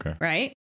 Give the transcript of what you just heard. right